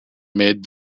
mid